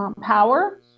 power